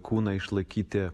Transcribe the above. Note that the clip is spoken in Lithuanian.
kūną išlaikyti